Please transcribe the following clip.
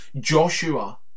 Joshua